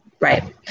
Right